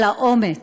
על האומץ,